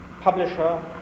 Publisher